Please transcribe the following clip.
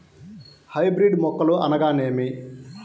Hybrid మొక్కలు అనగానేమి?